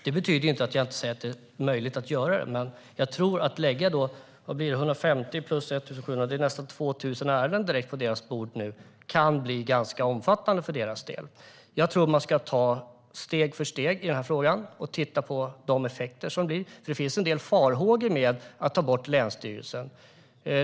Det betyder inte att jag säger att det inte är möjligt att göra det, men om vi lägger 150 plus 1 700 - det vill säga nästan 2 000 - ärenden direkt på deras bord nu tror jag att det kan bli ganska omfattande för deras del. Jag tror att man ska ta steg för steg i den här frågan och titta på effekterna. Det finns en del farhågor med att ta bort länsstyrelsen.